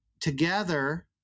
together